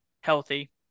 healthy